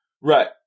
Right